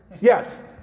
Yes